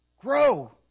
grow